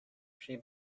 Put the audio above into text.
she